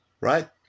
Right